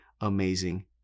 amazing